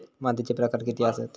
मातीचे प्रकार किती आसत?